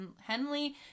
Henley